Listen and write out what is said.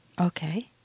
Okay